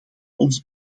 ons